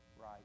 right